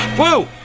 whoa!